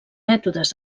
mètodes